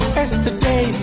yesterday